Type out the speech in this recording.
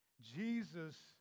Jesus